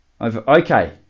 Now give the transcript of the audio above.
okay